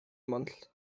month